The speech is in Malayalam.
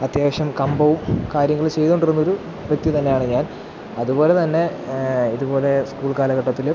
അത്യാവശ്യം കമ്പവും കാര്യങ്ങള് ചെയ്തുകൊണ്ടിരുന്നൊരു വ്യക്തി തന്നെയാണ് ഞാൻ അതുപോലെ തന്നെ ഇതുപോലെ സ്കൂൾ കാലഘട്ടത്തില്